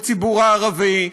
הציבור הערבי,